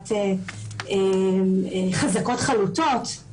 קביעת חזקות חלוטות.